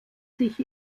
sich